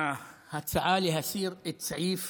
ההצעה להסיר את סעיף